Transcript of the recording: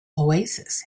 oasis